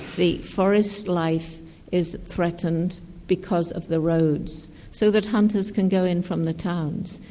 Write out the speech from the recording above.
the forest life is threatened because of the roads, so that hunters can go in from the towns,